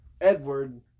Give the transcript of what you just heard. Edward